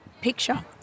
Picture